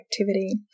activity